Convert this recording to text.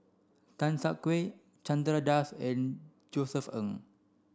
Tan Siak Kew Chandra Das and Josef Ng